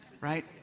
right